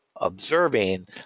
observing